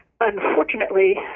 Unfortunately